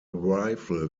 rifle